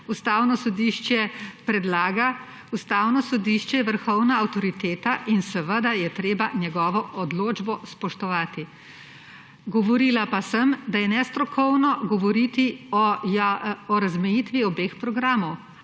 Ustavno sodišče predlaga. Ustavno sodišče je vrhovna avtoriteta in seveda je treba njegovo odločbo spoštovati. Govorila pa sem, da je nestrokovno govoriti o razmejitvi obeh programov.